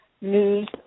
News